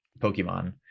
pokemon